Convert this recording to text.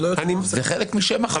זה חלק משם החוק.